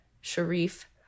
Sharif